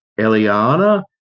Eliana